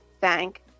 thank